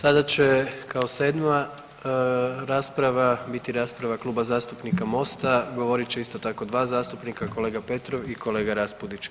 Sada će kao sedma rasprava biti rasprava Kluba zastupnika Mosta, govorit će isto tako dva zastupnika kolega Petrov i kolega Raspudić.